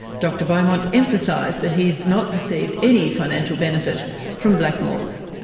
dr beaumont emphasised that he has not received any financial benefit from blackmores.